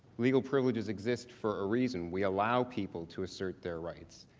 legal privileges exist for reason we allow people to assert their right.